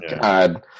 god